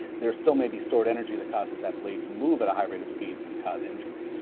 there still may be stored energy that causes that blade to move at a high rate of speed that could cause injury.